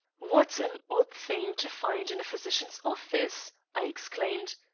what an odd thing to find in a physician's office! i exclaimed.